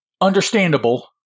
understandable